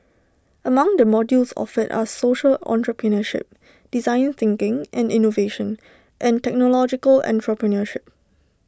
among the modules offered are social entrepreneurship design thinking and innovation and technological entrepreneurship